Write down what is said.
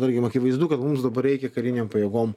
tarkim akivaizdu kad mums dabar reikia karinėm pajėgom